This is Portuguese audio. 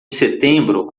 setembro